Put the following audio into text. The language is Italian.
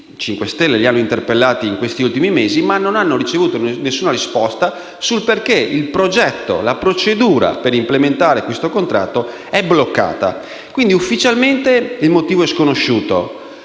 5 Stelle li hanno interpellati in questi mesi, ma non hanno ricevuto alcuna risposta sul perché, la procedura per implementare questo contratto è bloccata. Quindi, ufficialmente il motivo è sconosciuto,